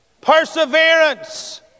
perseverance